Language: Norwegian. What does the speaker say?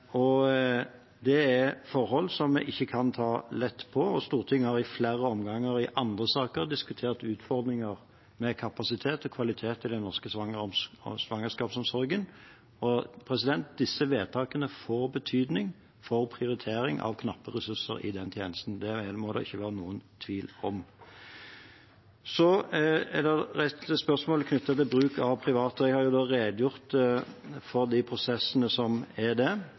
Det er forhold som vi ikke kan ta lett på. Stortinget har i flere omganger i andre saker diskutert utfordringer med kapasitet og kvalitet i den norske svangerskapsomsorgen, og disse vedtakene får betydning for prioritering av knappe ressurser i den tjenesten. Det må det ikke være noen tvil om. Så er det reist spørsmål knyttet til bruk av private. Jeg har redegjort for de prosessene som er der. Det